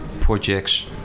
projects